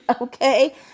okay